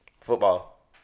football